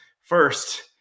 first